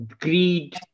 greed